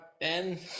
Ben